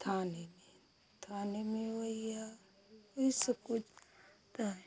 थाने में थाने में वो भैया वही सब कुछ होता है